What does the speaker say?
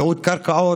ייעוד קרקעות,